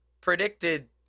predicted